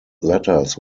letters